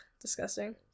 disgusting